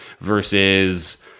versus